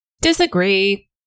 Disagree